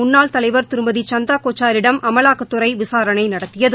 முன்னாள் தலைவா் திருமதி சந்தா கோச்சாரிடம் அமலாக்கத்துறை விசாரணை நடத்தியது